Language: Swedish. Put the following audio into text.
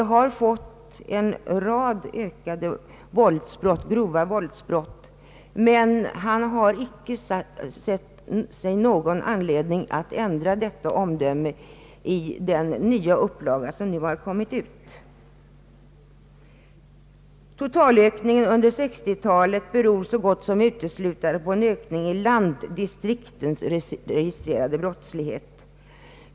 Vi har sedan dess fått en kraftig ökning av antalet grova våldsbrott, men professor Sveri har inte ansett sig böra ändra sitt omdöme i den nya upplaga av boken som kommit ut. Totalökningen under 1960-talet beror så gott som uteslutande på en ökning i landdistriktens registrerade brottslighet.